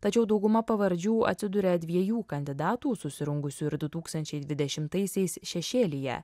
tačiau dauguma pavardžių atsiduria dviejų kandidatų susirungusių ir du tūkstančiai dvidešimtaisiais šešėlyje